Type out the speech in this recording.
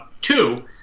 two